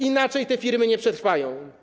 Inaczej te firmy nie przetrwają.